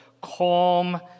calm